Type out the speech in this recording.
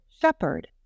shepherd